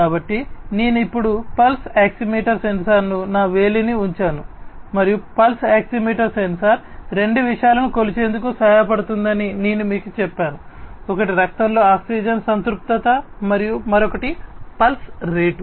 కాబట్టి నేను ఇప్పుడు పల్స్ ఆక్సిమీటర్ సెన్సార్ను నా వేలిని ఉంచాను మరియు పల్స్ ఆక్సిమీటర్ సెన్సార్ రెండు విషయాలను కొలిచేందుకు సహాయపడుతుందని నేను మీకు చెప్పాను ఒకటి రక్తంలో ఆక్సిజన్ సంతృప్తత మరియు మరొకటి పల్స్ రేటు